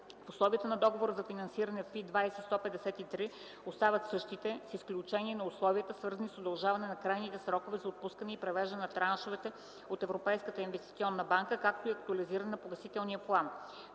2. Условията на Договора за финансиране FI 20.153 остават същите с изключение на условията, свързани с удължаване на крайните срокове за отпускане и превеждане на траншове от Европейската инвестиционна банка, както и актуализиране на погасителния план.